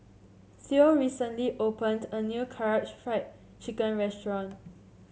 Theo recently opened a new Karaage Fried Chicken Restaurant